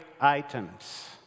items